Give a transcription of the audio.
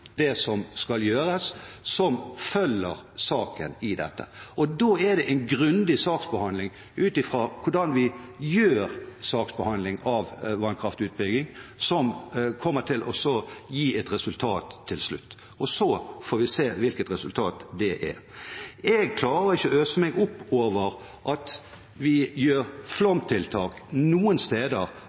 det som skal gjøres – som følger saken i dette. Da er det en grundig saksbehandling, ut fra hvordan vi driver saksbehandling om vannkraftutbygging, som kommer til å gi et resultat til slutt. Så får vi se hvilket resultat det er. Jeg klarer ikke å øse meg opp over at vi noen steder gjør flomtiltak